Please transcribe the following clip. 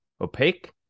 Opaque